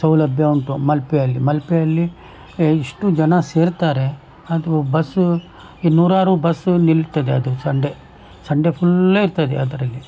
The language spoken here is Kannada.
ಸೌಲಭ್ಯ ಉಂಟು ಮಲ್ಪೆಯಲ್ಲಿ ಮಲ್ಪೆಯಲ್ಲಿ ಇಷ್ಟು ಜನ ಸೇರ್ತಾರೆ ಅಂತ ಓ ಬಸ್ಸು ಈ ನೂರಾರು ಬಸ್ ನಿಲ್ತದೆ ಅದು ಸಂಡೇ ಸಂಡೇ ಫುಲ್ಲ್ ಇರ್ತದೆ ಅದರಲ್ಲಿ